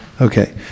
Okay